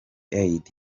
eid